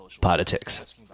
Politics